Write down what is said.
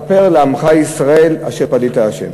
כפר לעמך ישראל אשר פדית ה'.